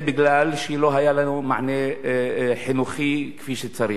וזה בגלל שלא היה לנו מענה חינוכי כפי שצריך.